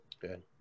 Good